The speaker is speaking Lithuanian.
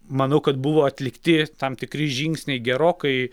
manau kad buvo atlikti tam tikri žingsniai gerokai